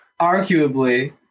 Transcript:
Arguably